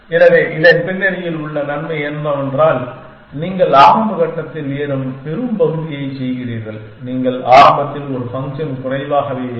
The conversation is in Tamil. எனவே இதன் பின்னணியில் உள்ள நன்மை என்னவென்றால் நீங்கள் ஆரம்ப கட்டத்தில் ஏறும் பெரும்பகுதியைச் செய்கிறீர்கள் நீங்கள் ஆரம்பத்தில் ஒரு ஃபங்க்ஷன் குறைவாகவே இருக்கும்